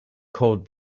cold